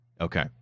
Okay